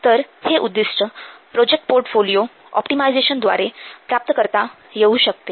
तर हे उद्दिष्ट प्रोजेक्ट पोर्टफोलिओ ऑप्टिमायझेशनद्वारे प्राप्त करता येऊ शकते